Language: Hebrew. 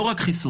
לא רק חיסון,